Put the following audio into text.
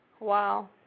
Wow